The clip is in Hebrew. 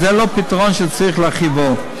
וזה לא פתרון שצריך להרחיבו.